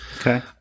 Okay